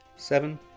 Seven